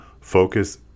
focus